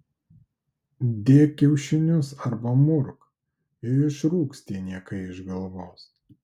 dėk kiaušinius arba murk ir išrūks tie niekai iš galvos